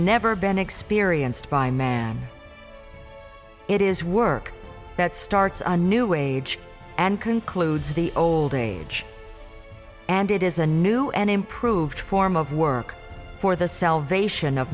never been experienced by man it is work that starts a new age and concludes the old age and it is a new and improved form of work for the salvation of